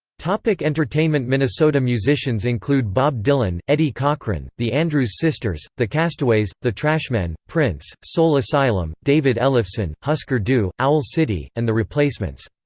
like entertainment minnesota musicians include bob dylan, eddie cochran, the andrews sisters, the castaways, the trashmen, prince, soul asylum, david ellefson, husker du, owl city, and the replacements.